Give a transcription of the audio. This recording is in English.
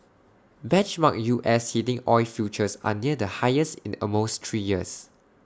benchmark U S heating oil futures are near the highest in almost three years